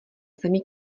zemi